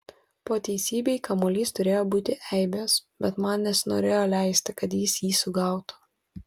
po teisybei kamuolys turėjo būti eibės bet man nesinorėjo leisti kad jis jį sugautų